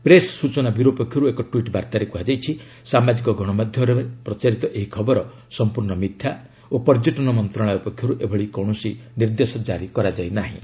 press ସୂଚନା bureau ପକ୍ଷରୁ ଏକ ଟ୍ୱିଟ୍ ବାର୍ତ୍ତାରେ କୁହାଯାଇଛି ସାମାଜିକ ଗଣମାଧ୍ୟମରେ ପ୍ରଚାରିତ ଏହି ଖବର ସମ୍ପୂର୍ଣ୍ଣ ମିଥ୍ୟା ଓ ପର୍ଯ୍ୟଟନ ମନ୍ତ୍ରଣାଳୟ ପକ୍ଷରୁ ଏଭଳି କୌଣସି ନିର୍ଦ୍ଦେଶ ଜାରି କରାଯାଇ ନାହିଁ